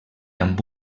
amb